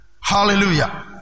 hallelujah